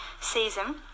season